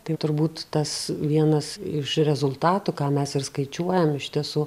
tai turbūt tas vienas iš rezultatų ką mes ir skaičiuojam iš tiesų